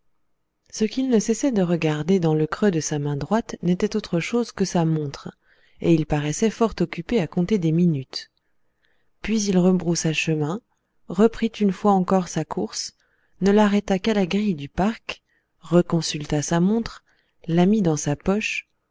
ce qu'il ne cessait de regarder dans le creux de sa main droite n'était autre chose que sa montre et il paraissait fort occupé à compter des minutes puis il rebroussa chemin reprit une fois encore sa course ne l'arrêta qu'à la grille du parc reconsulta sa montre la mit dans sa poche